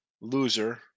Loser